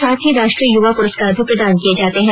साथ ही राष्ट्रीय युवा पुरस्कार भी प्रदान किए जाते हैं